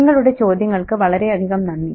നിങ്ങളുടെ ചോദ്യങ്ങൾക്ക് വളരെയധികം നന്ദി